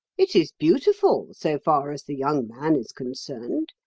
it is beautiful so far as the young man is concerned.